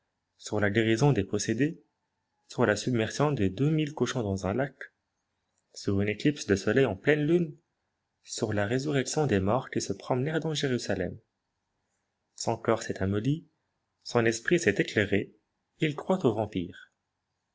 sur la guérison des possédés sur la submersion de deux mille cochons dans un lac sur une éclypse de soleil en plaine lune sur la résurrection des morts qui se promenèrent dans jérusalem son coeur s'est amolli son esprit s'est éclairé il croit aux